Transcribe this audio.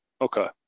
Okay